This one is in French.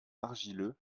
argileux